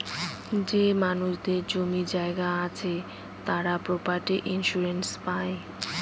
যে মানুষদের জমি জায়গা আছে তারা প্রপার্টি ইন্সুরেন্স পাই